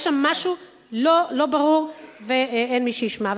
יש שם משהו לא ברור ואין מי שישמע.